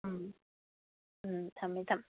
ꯎꯝ ꯊꯝꯃꯦ ꯊꯝꯃꯦ